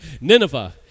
Nineveh